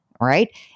right